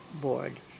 board